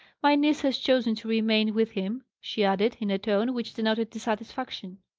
my niece has chosen to remain with him, she added, in a tone which denoted dissatisfaction.